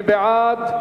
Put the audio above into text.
מי בעד?